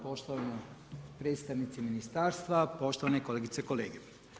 Poštovana predstavnici ministarstva, poštovane kolegice i kolege.